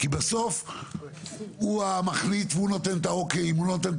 כי בסוף הוא המחליט והוא נותן את האוקיי.